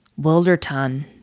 Wilderton